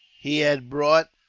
he had bought,